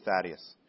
Thaddeus